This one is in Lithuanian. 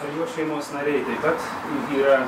ar jo šeimos nariai taip pat yra